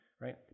right